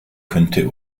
könnte